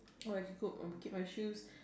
I can put uh keep my shoes